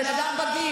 אני בן אדם בגיר.